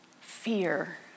fear